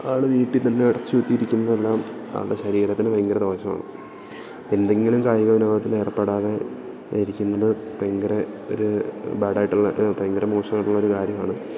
ആള് വീട്ടില്ത്തന്നെ അടച്ചു കുത്തിയിരിക്കുന്നതെല്ലാം ആളുടെ ശരീരത്തിനു ഭയങ്കര ദോഷമാണ് എന്തെങ്കിലും കായിക വിനോദത്തില് ഏർപ്പെടാതെ ഇരിക്കുന്നത് ഭയങ്കര ഒരു ബാഡായിട്ടുള്ള ഭയങ്കര മോശമായിട്ടുള്ളൊരു കാര്യമാണ്